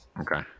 Okay